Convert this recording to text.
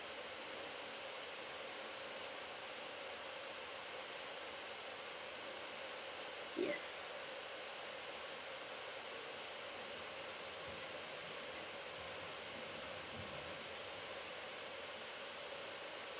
yes